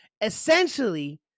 essentially